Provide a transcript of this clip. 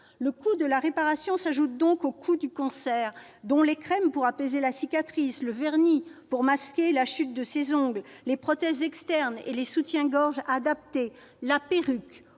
Le coût de la réparation s'ajoute donc au coût du cancer, notamment celui des crèmes pour apaiser la cicatrice, du vernis pour masquer la chute de ses ongles, des prothèses externes et des soutiens-gorge adaptés, de la perruque,